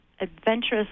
adventurous